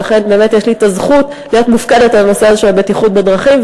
ולכן באמת יש לי הזכות להיות מופקדת על הנושא הזה של הבטיחות בדרכים,